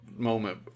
moment